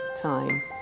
time